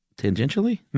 tangentially